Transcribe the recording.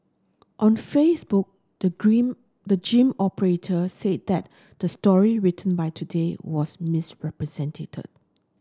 on Facebook the grim the gym operator said that the story written by Today was misrepresented